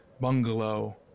bungalow